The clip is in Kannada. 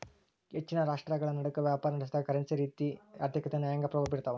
ಹೆಚ್ಚಿನ ರಾಷ್ಟ್ರಗಳನಡುಕ ವ್ಯಾಪಾರನಡೆದಾಗ ಕರೆನ್ಸಿ ಸರ್ಕಾರ ನೀತಿ ಆರ್ಥಿಕತೆ ನ್ಯಾಯಾಂಗ ಪ್ರಭಾವ ಬೀರ್ತವ